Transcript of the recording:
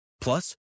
plus